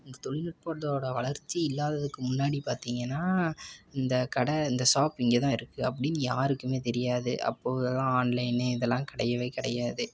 இந்த தொழில்நுட்பத்தோட வளர்ச்சி இல்லாததுக்கு முன்னாடி பார்த்தீங்கன்னா இந்த கடை இந்த ஷாப் இங்கேதான் இருக்குது அப்படின்னு யாருக்குமே தெரியாது அப்போதெலாம் ஆன்லைன் இதெல்லாம் கிடையவே கிடையாது